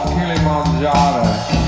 Kilimanjaro